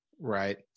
right